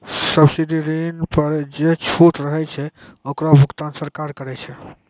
subsidy ऋण पर जे छूट रहै छै ओकरो भुगतान सरकार करै छै